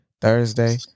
Thursday